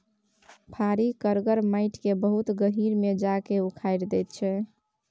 फारी करगर माटि केँ बहुत गहींर मे जा कए उखारि दैत छै